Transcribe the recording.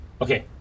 Okay